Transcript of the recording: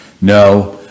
no